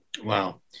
Wow